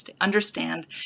understand